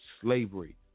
slavery